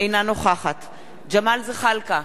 אינה נוכחת ג'מאל זחאלקה,